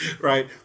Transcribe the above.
Right